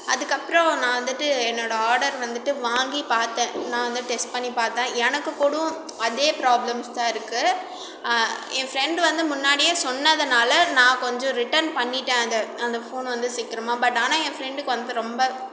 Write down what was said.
அதுக்கப்றம் நான் வந்துட்டு என்னோடய ஆடர் வந்துட்டு வாங்கி பார்த்தேன் நான் வந்து டெஸ்ட் பண்ணி பார்த்தேன் எனக்கு கூடம் அதே ப்ராப்ளம்ஸ் தான் இருக்குது என் ஃப்ரெண்டு வந்து முன்னாடியே சொன்னதனால நான் கொஞ்சம் ரிட்டன் பண்ணிட்டேன் அதை அந்த ஃபோனை வந்து சீக்கிரமா பட் ஆனால் என் ஃப்ரெண்டுக்கு வந்து ரொம்ப